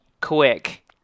quick